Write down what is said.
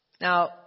Now